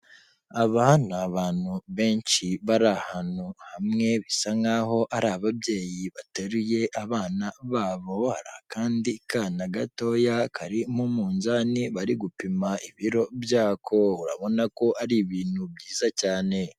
Aba ni abantu benshi bari ahantu hamwe bisa nkaho ari ababyeyi bateruye abana babo, hari akandi kana gatoya kari mu munzani bari gupima ibiro byako, urabona ko ari ibintu byiza cyane.